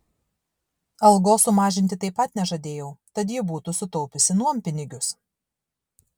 algos sumažinti taip pat nežadėjau tad ji būtų sutaupiusi nuompinigius